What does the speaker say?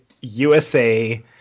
USA